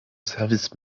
service